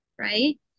right